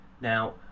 Now